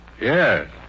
Yes